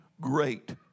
great